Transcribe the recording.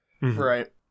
right